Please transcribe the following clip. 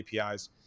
APIs